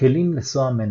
כלים ל-SOA Management